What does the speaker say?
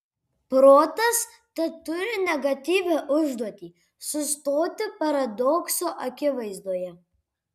protas tad turi negatyvią užduotį sustoti paradokso akivaizdoje